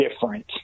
different